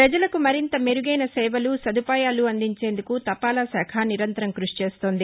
ప్రపజలకు మరింత మెరుగైన సేవలు సదుపాయాలు అందించేందుకు తపాలాశాఖ నిరంతరం క్బషి చేస్తోంది